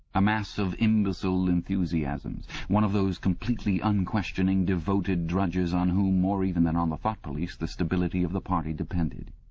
a mass of imbecile enthusiasms one of those completely unquestioning, devoted drudges on whom, more even than on the thought police, the stability of the party depended.